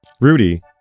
Rudy